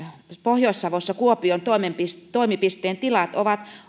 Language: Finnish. pohjois savossa kuopion toimipisteen toimipisteen tilat ovat